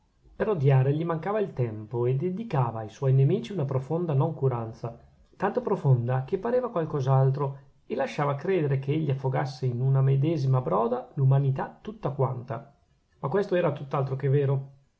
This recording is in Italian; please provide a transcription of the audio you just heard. per odiare gli mancava il tempo e dedicava ai suoi nemici una profonda noncuranza tanto profonda che pareva qualcos'altro e lasciava credere che egli affogasse in una medesima broda l'umanità tutta quanta ma questo era tutt'altro che vero